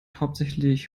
hauptsächlich